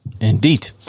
Indeed